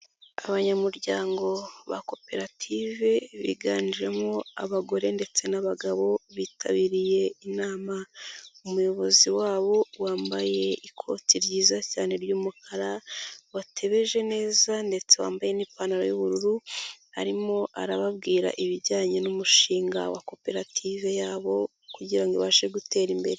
Abanyamuryango ba koperative biganjemo abagore ndetse n'abagabo bitabiriye inama, umuyobozi wabo wambaye ikoti ryiza cyane ry'umukara watebeje neza ndetse wambaye n'ipantaro y'ubururu, arimo arababwira ibijyanye n'umushinga wa koperative yabo kugira ngo ibashe gutera imbere.